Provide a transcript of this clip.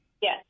Yes